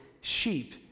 sheep